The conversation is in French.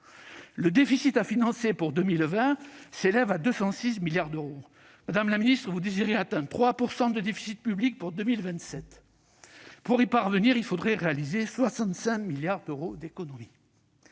Le déficit à financer pour 2020 s'élève à 206 milliards d'euros. Madame la secrétaire d'État, vous désirez atteindre 3 % de déficit public en 2027 ; pour y parvenir, il faudrait réaliser 65 milliards d'euros d'économies.